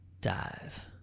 dive